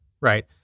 right